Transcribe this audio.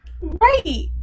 Right